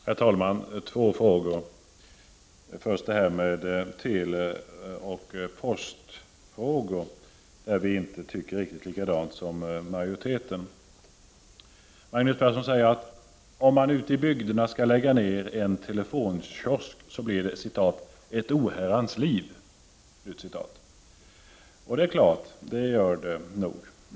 Herr talman! Jag skall bara ta upp två frågor. Först till teleoch postfrågorna, där vi inte tycker riktigt likadant som majoriteten. Magnus Persson säger att det blir ”ett oherrans väsen” ute i bygderna om man vill lägga ned en telefonkiosk. Ja, det gör det nog.